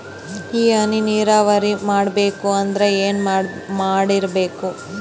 ಈ ಹನಿ ನೀರಾವರಿ ಮಾಡಬೇಕು ಅಂದ್ರ ಏನ್ ಮಾಡಿರಬೇಕು?